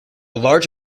large